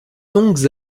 longues